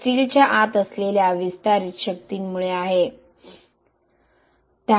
हे स्टीलच्या आत असलेल्या विस्तारित शक्तींमुळे आहे